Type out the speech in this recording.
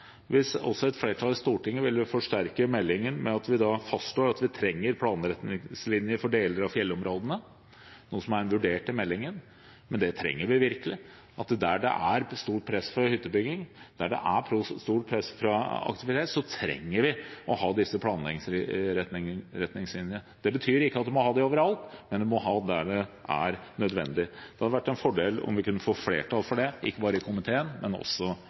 et flertall i Stortinget ville forsterke meldingen ved å fastslå at vi trenger en planretningslinje for deler av fjellområdene, noe som er vurdert i meldingen. Det trenger vi virkelig. Der det er stort press fra hyttebygging, der det er stort press fra aktivitet, trenger vi å ha disse planleggingsretningslinjene. Det betyr ikke at man må ha dem overalt, men vi må ha dem der det er nødvendig. Det hadde vært en fordel om vi kunne få flertall for det, ikke bare i komiteen, men også